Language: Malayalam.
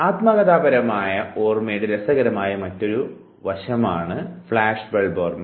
ആത്മകഥാപരമായ ഓർമ്മയുടെ രസകരമായ ഒരു വശമാണ് ഫ്ലാഷ് ബൾബ് ഓർമ്മ